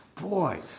boy